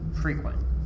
frequent